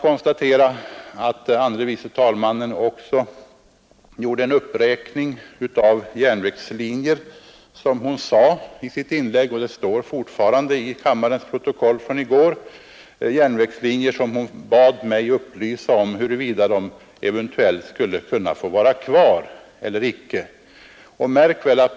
Fru andre vice talmannen räknade också upp järnvägslinjer — det står fortfarande i kammarens protokoll från i går — och bad mig tala om huruvida de eventuellt skulle kunna få vara kvar.